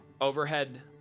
overhead